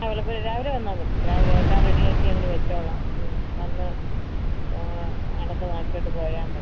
ആ മുല്ലപ്പൂവ് രാവിലെ വന്നാൽ മതി രാവിലെ എല്ലാം റെഡിയാക്കി ഞങ്ങൾ വെച്ചോളാം വന്ന് ആ അവിടുന്ന് വാങ്ങിച്ചോണ്ട് പോയാൽ മതി